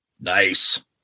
Nice